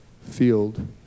field